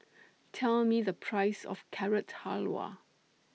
Tell Me The Price of Carrot Halwa